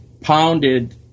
pounded